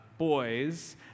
boys